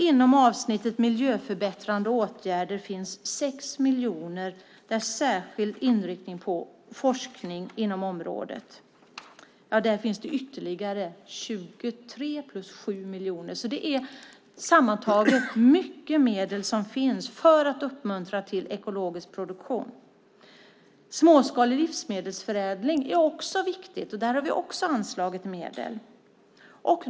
Inom avsnittet för miljöförbättrande åtgärder finns 6 miljoner, och i en särskild inriktning på forskning inom området finns ytterligare 23 plus 7 miljoner. Det är alltså sammantaget mycket medel som finns för att uppmuntra till ekologisk produktion. Småskalig livsmedelsförädling är också viktigt, och där har vi anslagit medel.